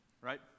right